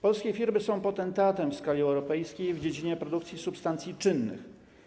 Polskie firmy są potentatem w skali europejskiej w dziedzinie produkcji substancji czynnych.